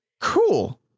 cool